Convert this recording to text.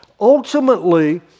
ultimately